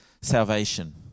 salvation